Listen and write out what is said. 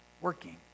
working